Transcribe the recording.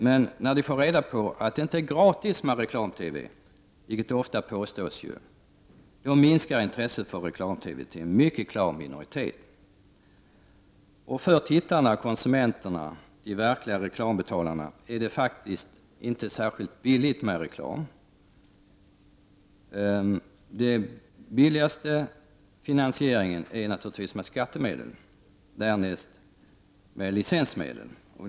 Men när de får reda på att reklam-TV inte är gratis, vilket ofta påstås, minskar intresset för reklam-TV till en mycket klar minoritet av de tillfrågade. För tittarna — konsumenterna, de verkliga reklambetalarna, blir det faktiskt inte särskilt billigt med reklam. Det billigaste finansieringssättet är finansiering med skattemedel. Därnäst kommer finansiering med licensmedel.